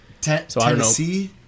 Tennessee